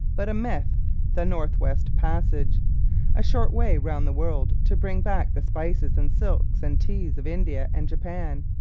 but a myth the north-west passage a short way round the world to bring back the spices and silks and teas of india and japan.